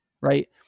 right